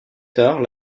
tard